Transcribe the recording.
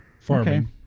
Farming